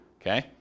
okay